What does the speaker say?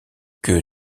que